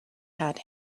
had